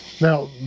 Now